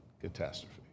catastrophe